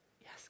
Yes